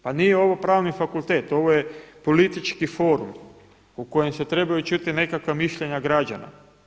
Pa nije ovo pravni fakultet ovo je politički forum u kojem se trebaju čuti nekakva mišljenja građana.